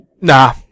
Nah